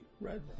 Red